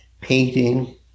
painting